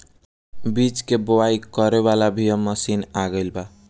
बीज के बोआई करे वाला भी अब मशीन आ गईल बा